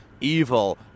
evil